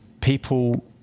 people